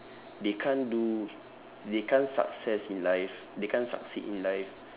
they can't do they can't success in life they can't succeed in life